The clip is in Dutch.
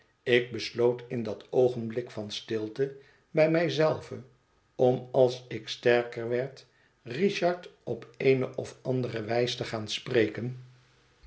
ik besloot in dat oogenblik van stilte bij mij zelve om als ik sterker werd richard op eene of andere wijs te gaan spreken